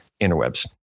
interwebs